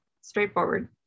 Straightforward